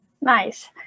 Nice